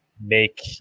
make